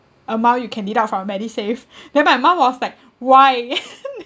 amount you can deduct from MediSave then my mom was like why